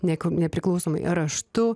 niekam nepriklausomai ar raštu